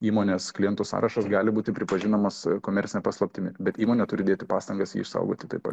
įmonės klientų sąrašas gali būti pripažinamas komercine paslaptimi bet įmonė turi dėti pastangas jį išsaugoti taip pat